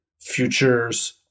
futures